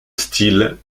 style